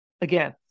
again